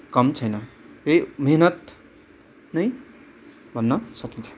कम छैन यही मिहिनेत नै भन्न सकिन्छ